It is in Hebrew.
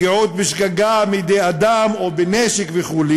פגיעות בשגגה מידי אדם או בנשק וכו'.